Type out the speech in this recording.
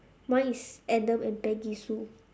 mine is adam and peggy sue